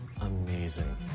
amazing